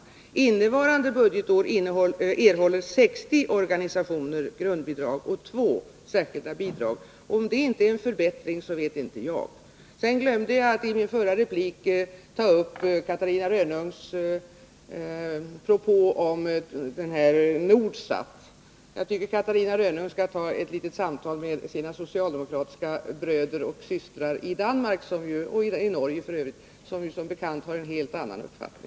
Innevarande budgetår erhåller 60 organisationer grundbidrag och 2 särskilda bidrag. Om det inte är en förbättring så vet inte jag. Jag glömde att i min förra replik ta upp Catarina Rönnungs propå om Nordsat. Jag tycker att hon skall ta ett litet samtal med sina socialdemokratiska bröder och systrar i Danmark och Norge, vilka som bekant har en helt annan uppfattning.